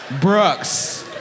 Brooks